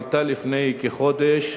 עלתה לפני כחודש,